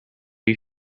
you